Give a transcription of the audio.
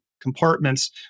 compartments